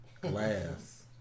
Glass